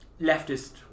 leftist